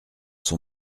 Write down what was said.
son